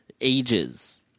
ages